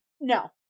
No